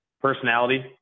Personality